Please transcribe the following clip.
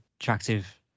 attractive